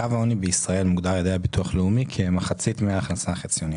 קו העוני בישראל מוגדר על ידי הביטוח הלאומי כמחצית מההכנסה החציונית,